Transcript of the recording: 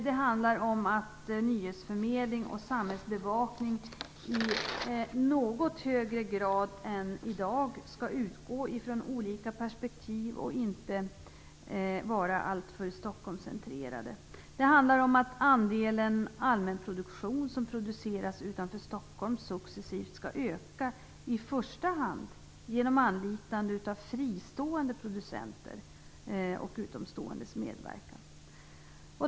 Det handlar om att nyhetsförmedling och samhällsbevakning i något högre grad än i dag skall utgå från olika perspektiv och inte vara alltför Stockholmscentrerade. Det handlar om att andelen allmänproduktion som produceras utanför Stockholm successivt skall öka, i första hand genom anlitande av fristående producenter och utomståendes medverkan.